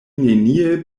neniel